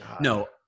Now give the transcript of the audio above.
No